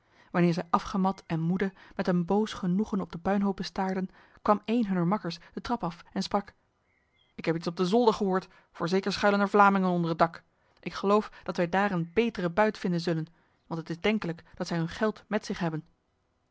wanneer zij afgemat en moede met een boos genoegen op de puinhopen staarden kwam een hunner makkers de trap af en sprak ik heb iets op de zolder gehoord voorzeker schuilen er vlamingen onder het dak ik geloof dat wij daar een betere buit vinden zullen want het is denkelijk dat zij hun geld met zich hebben